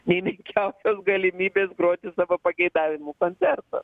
nė menkiausios galimybės groti savo pageidavimų koncerto